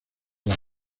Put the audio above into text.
las